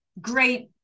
great